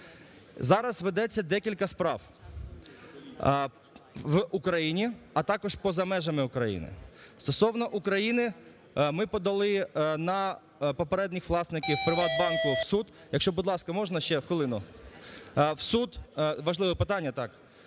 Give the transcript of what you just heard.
Зараз ведеться декілька справ в Україні, а також поза межами України. Стосовно України, ми подали на попередніх власників "ПриватБанку" в суд… Якщо,